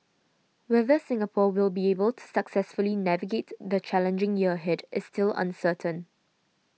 whether Singapore will be able to successfully navigate the challenging year ahead is still uncertain